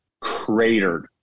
cratered